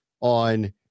on